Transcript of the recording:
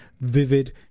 vivid